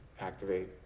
activate